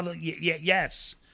Yes